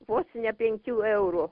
vos ne penkių eurų